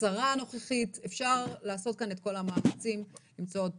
השרה הנוכחית - אפשר לעשות כאן את כל המאמצים למצוא עוד פתרונות.